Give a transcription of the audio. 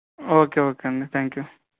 okay okay అండి thank you